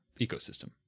ecosystem